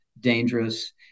dangerous